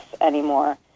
anymore